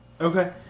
Okay